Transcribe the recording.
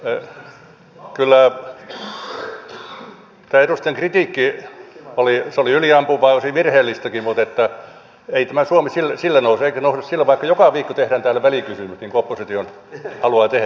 kyllä tämä edustajien kritiikki oli yliampuvaa ja osin virheellistäkin mutta ei tämä suomi sillä nouse eikä nouse vaikka joka viikko tehdään täällä välikysymys niin kuin oppositio haluaa tehdä